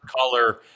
color